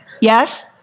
Yes